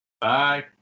Bye